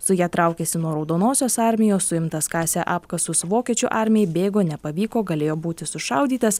su ja traukėsi nuo raudonosios armijos suimtas kasė apkasus vokiečių armijai bėgo nepavyko galėjo būti sušaudytas